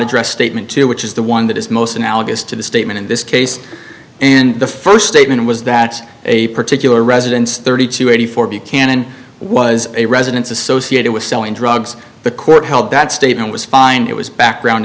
address statement to which is the one that is most analogous to the statement in this case and the first statement was that a particular residence thirty two eighty four buchanan was a residence associated with selling drugs the court held that statement was find it was background